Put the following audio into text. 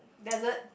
dessert